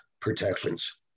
protections